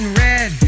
red